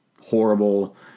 horrible